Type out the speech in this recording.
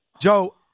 Joe